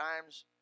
times